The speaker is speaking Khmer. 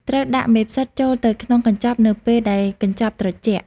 ត្រូវដាក់មេផ្សិតចូលទៅក្នុងកញ្ចប់នៅពេលដែលកញ្ចប់ត្រជាក់។